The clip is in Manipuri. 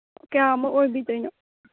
ꯀꯌꯥꯃꯨꯛ ꯑꯣꯏꯕꯤꯗꯣꯏꯅꯣ